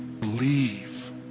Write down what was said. Believe